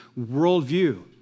worldview